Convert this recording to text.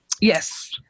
Yes